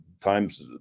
times